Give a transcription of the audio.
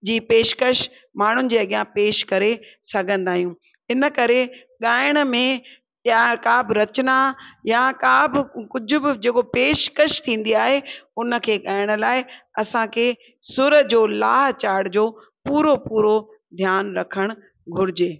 जी पेशकशि माण्हुनि जे अॻियां पेशि करे सघंदा आहियूं इन करे ॻाइण में ॿियां का बि रचिना या का बि कुझ बि जेको पेशकशि थींदी आहे उन खे ॻाइण लाइ असांखे सुर जो लाह चाढ़ जो पूरो पूरो ध्यानु रखणु घुरिजे